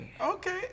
Okay